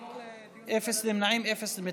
אפס נמנעים ואפס מתנגדים.